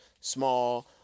small